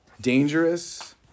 dangerous